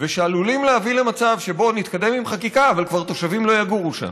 ושעלולים להביא למצב שבו נתקדם עם חקיקה אבל תושבים כבר לא יגורו שם.